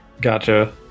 Gotcha